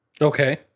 Okay